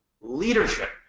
leadership